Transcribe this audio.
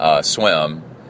swim